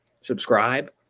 subscribe